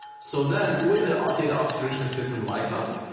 so then with the ah data orchestration system like us,